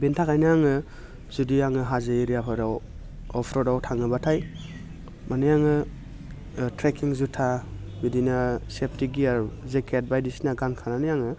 बेनि थाखायनो आङो जुदि आङो हाजो एरिया फोराव अफ रडआव थाङोब्लाथाय माने आङो ट्रेकिं जुथा बिदिनो सेफटि गियार जेकेट बायदिसिना गानखानानै आङो